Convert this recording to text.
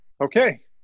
okay